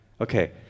okay